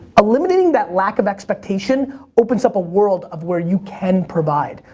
eliminating that lack of expectation opens up a world of where you can provide.